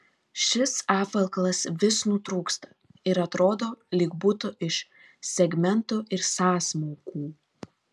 šis apvalkalas vis nutrūksta ir atrodo lyg būtų iš segmentų ir sąsmaukų